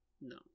No